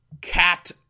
cat